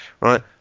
Right